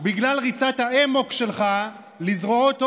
בגלל ריצת האמוק שלך לזרועות הורוביץ,